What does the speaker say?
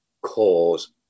cause